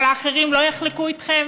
אבל האחרים לא יחלקו אתכם?